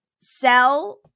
sell